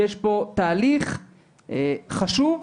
יש כאן תהליך חשוב.